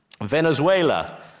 Venezuela